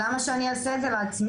לצורך חוק השבות ומרשם